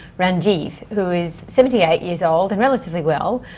ranjiv, who is seventy eight years old and relatively well,